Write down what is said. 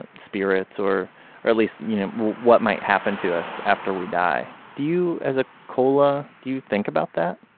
and spirits, or or at least you know what might happen to us after we die. do you, as a cola, do you think about that?